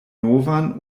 novan